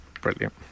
Brilliant